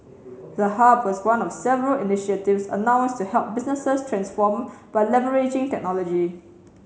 the hub was one of several initiatives announced to help businesses transform by leveraging technology